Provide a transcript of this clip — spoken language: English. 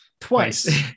twice